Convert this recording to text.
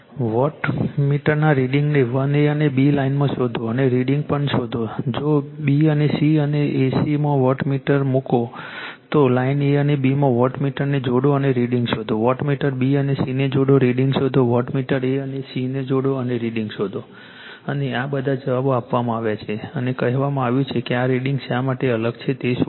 વોટમીટરના રીડિંગ્સને 1 a અને b લાઇનમાં શોધો અને રીડિંગ પણ શોધો જો b અને c અને a c માં વોટમીટર મુકો તો લાઇન a અને b માં વોટમીટરને જોડો અને રીડિંગ શોધો વોટમીટર B અને c ને જોડો રીડિંગ શોધો વોટમીટર A અને c ને જોડો અને રીડિંગ શોધો અને આ બધા જવાબો આપવામાં આવ્યા છે અને કહેવામા આવ્યું છે કે આ રીડિંગ્સ શા માટે અલગ છે તે શોધો